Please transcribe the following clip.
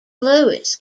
lewis